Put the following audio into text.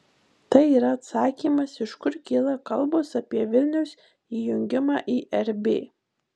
tai yra atsakymas iš kur kyla kalbos apie vilniaus įjungimą į rb